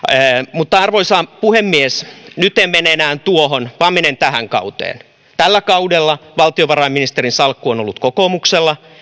mutta arvoisa puhemies nyt en mene enää tuohon vaan menen tähän kauteen tällä kaudella valtiovarainministerin salkku on ollut kokoomuksella